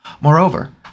Moreover